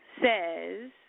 Says